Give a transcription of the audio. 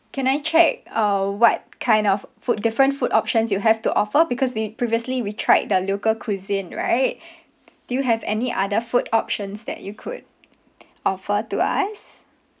can I check uh what kind of f~ food different food options you have to offer because we previously we tried the local cuisine right do you have any other food options that you could offer to us